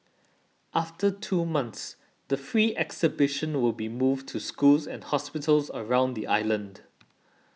after two months the free exhibition will be moved to schools and hospitals around the island